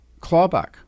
clawback